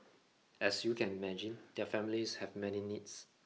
as you can imagine their families have many needs